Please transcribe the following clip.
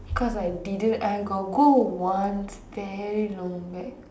cause I didn't I got go once very long back